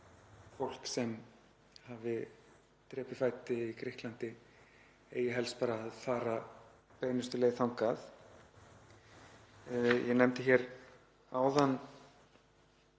fólk sem hafi drepið fæti í Grikklandi eigi helst bara að fara beinustu leið þangað. Ég nefndi hér áðan